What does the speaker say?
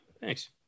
Thanks